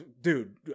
dude